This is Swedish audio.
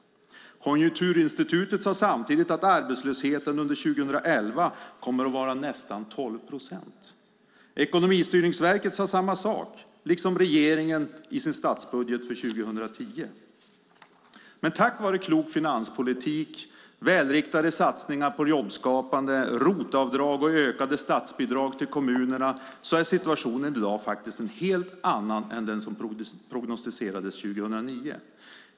Konjunkturinstitutet sade samtidigt att arbetslösheten under 2011 kommer att vara nästan 12 procent. Ekonomistyrningsverket sade samma sak, liksom regeringen i sin statsbudget för 2010. Men tack vare klok finanspolitik, välriktade satsningar på jobbskapande, ROT-avdrag och ökade statsbidrag till kommunerna är situationen i dag en helt annan än den som prognostiserades 2009.